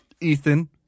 Ethan